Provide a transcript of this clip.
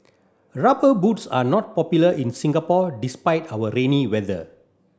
rubber boots are not popular in Singapore despite our rainy weather